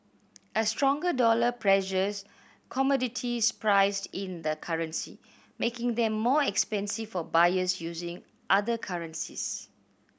a stronger dollar pressures commodities priced in the currency making them more expensive for buyers using other currencies